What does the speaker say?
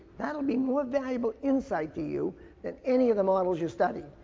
that'll be more valuable insight to you than any of the models you study.